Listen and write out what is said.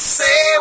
say